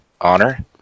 Honor